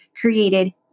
created